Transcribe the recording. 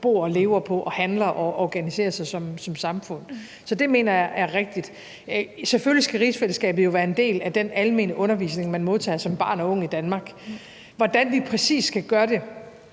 bor og lever på og handler og organiserer sig som samfund på. Så det mener jeg er rigtigt. Selvfølgelig skal rigsfællesskabet være en del af den almene undervisning, man modtager som barn og ung i Danmark. Hvordan vi præcis skal gøre det,